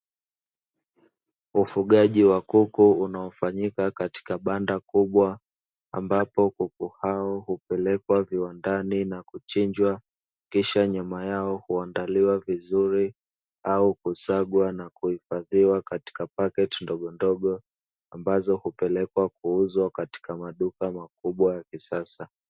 Ufugaji wa kuku unaofanyika katika banda kubwa ambapo kuku hao hupelekwa viwandani na kuchinjwa, kisha nyama yao huandaliwa vizuri au kusagwa na kuhifadhiwa katika pakti ndogondogo ambazo hupelekwa kuuzwa katika maduka makubwa ya kisasa.